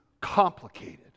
complicated